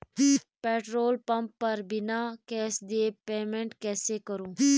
Petrol pump पर बिना cash दिए पेमेंट कैसे करूँ?